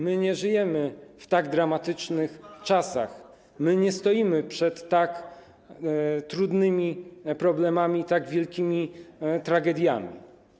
My nie żyjemy w tak dramatycznych czasach, my nie stoimy przed tak trudnymi problemami i tak wielkimi tragediami.